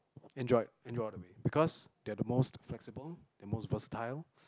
Android Android all the way because they are the most flexible and most versatile